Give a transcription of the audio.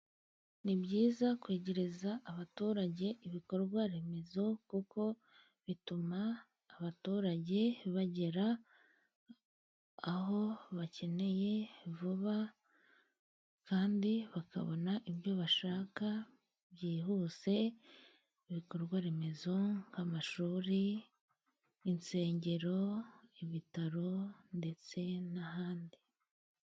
Ni byiza kwegereza abaturage ibikorwaremezo, kuko bituma abaturage bagera aho bakeneye vuba, kandi bakabona ibyo bashaka byihuse. Ibikorwaremezo nk'amashuri, insengero, ibitaro, ndetse n'ahandi.